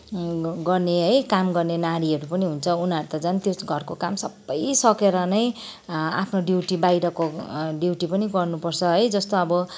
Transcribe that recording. गर्ने है काम गर्ने नारीहरू पनि हुन्छ उनीहरू त झन् त्यो घरको काम सबै सकेर नै आफ्नो ड्युटी बाहिरको ड्युटी पनि गर्नुपर्छ है जस्तो अब